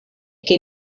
que